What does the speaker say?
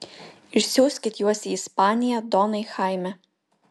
išsiųskit juos į ispaniją donai chaime